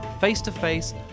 face-to-face